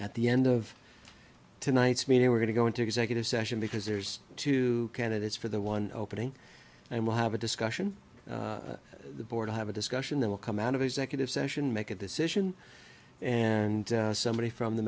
at the end of tonight's meeting we're going to go into executive session because there's two candidates for the one opening and we'll have a discussion the board have a discussion that will come out of executive session make a decision and somebody from the